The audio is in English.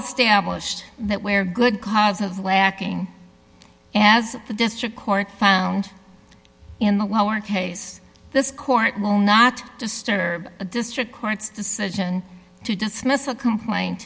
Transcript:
established that we are good cause of lacking and as the district court found in the lower case this court will not disturb the district court's decision to dismiss a complain